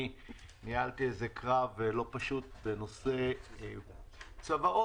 אני ניהלתי קרב לא פשוט בנושא צוואות.